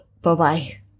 Bye-bye